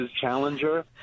challenger